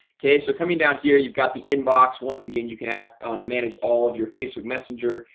okay, so coming down here you've got the inbox once again, you can add manage all of your facebook messenger,